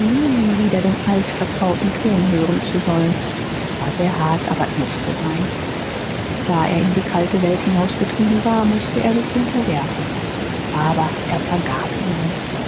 nie wieder den alt vertrauten ton hören zu sollen es war sehr hart aber mußte sein da er in die kalte welt hinausgetrieben war mußte er sich unterwerfen aber er vergab ihnen